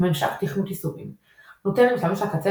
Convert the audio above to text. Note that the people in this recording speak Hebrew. ממשק תכנות יישומים – נותן למשתמש הקצה